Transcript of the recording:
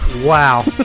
Wow